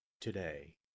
today